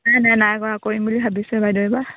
নাই নাই নাই কৰা কৰিম বুলি ভাবিছো হে বাইদউ এইবাৰ